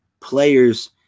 players